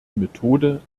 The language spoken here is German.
methode